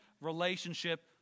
relationship